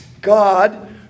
God